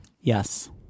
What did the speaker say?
Yes